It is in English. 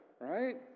right